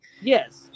Yes